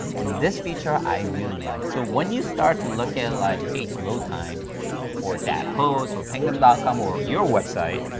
and this feature, i really like. so when you start to look at like page load time for dat host or pingdom dot com or your website,